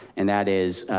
and that is,